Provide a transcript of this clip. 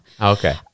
Okay